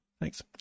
Thanks